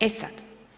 E sad.